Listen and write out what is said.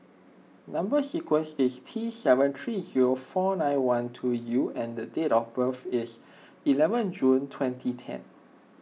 Number Sequence is T seven three zero four nine one two U and the date of birth is eleven June twenty ten